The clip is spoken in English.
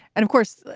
and of course,